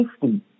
safety